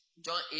John